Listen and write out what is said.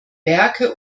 werke